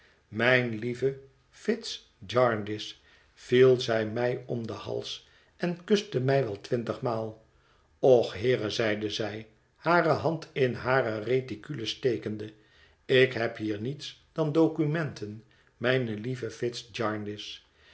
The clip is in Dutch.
mijne lieve fitz jarndyce viel zij mij om den hals en kuste mij wel twintigmaal och heere zeide zij hare hand in hare reticule stekende ik heb hier niets dan documenten mijne lieve